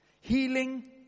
Healing